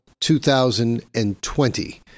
2020